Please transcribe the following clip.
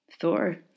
Thor